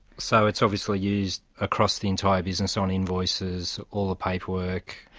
so it's obviously used across the entire business on invoices, all the paperwork,